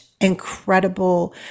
incredible